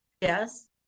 Yes